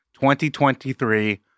2023